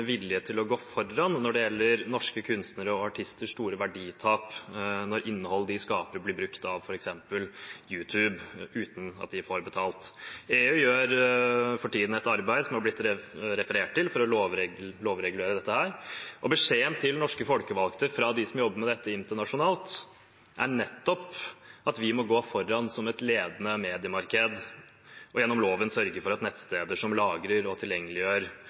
vilje til å gå foran når det gjelder norske kunstnere og artisters store verditap når innholdet de skaper, blir brukt av f.eks. YouTube, uten at de får betalt. EU gjør for tiden et arbeid, som det har blitt referert til, for å lovregulere dette, og beskjeden til norske folkevalgte fra dem som jobber med dette internasjonalt, er nettopp at vi må gå foran som et ledende mediemarked og gjennom loven sørge for at nettsteder som lagrer og tilgjengeliggjør